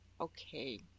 okay